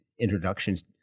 introductions